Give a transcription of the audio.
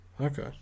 Okay